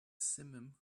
simum